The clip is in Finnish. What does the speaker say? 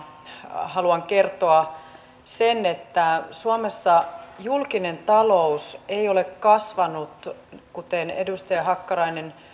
haluan kertoa että suomessa julkinen talous ei ole kasvanut kuten edustaja hakkarainen